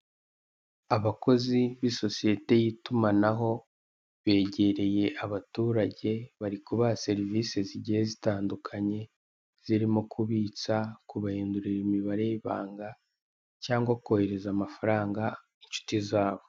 Abakozi b'isosiyete y'itumanaho, begereye abaturage, bari kubaha serivise zigeye zitandukanye zirimo: kubitsa, kubahindurira imibare y'ibanga, cyangwa kohereza amafaranga inshuti zabo.